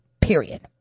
period